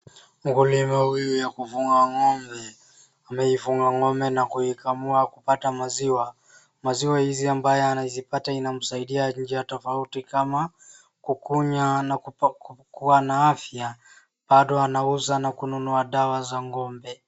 Mkulima huyu ya kufuga ng'ombe ameifunga ng'ombe na kuikamua kupata maziwa. Maziwa hizi ambaye anazipata inamsaidia njia tofauti kama kukunywa na kuwa afya. Bado anauza na kununua dawa za ng'ombe.